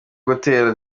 gutera